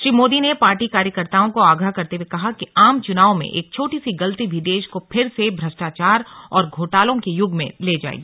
श्री मोदी ने पार्टी कार्यकर्ताओं को आगाह करते हुए कहा कि आम चुनाव में एक छोटी सी गलती भी देश को फिर से भ्रष्टाचार और घोटालों के युग में ले जाएगी